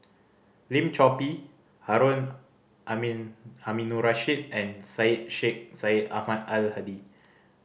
Lim Chor Pee Harun Aminurrashid and Syed Sheikh Syed Ahmad Al Hadi